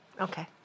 Okay